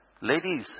Ladies